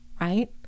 Right